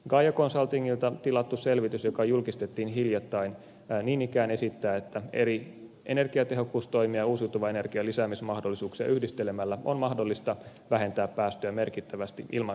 gaia consultingilta tilattu selvitys joka julkistettiin hiljattain niin ikään esittää että eri energiatehokkuustoimia ja uusiutuvan energian lisäämismahdollisuuksia yhdistelemällä on mahdollista vähentää päästöjä merkittävästi ilman ydinvoiman lisärakentamista